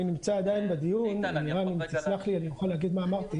אני נמצא עדין בדיון ואני יכול להסביר מה אמרתי,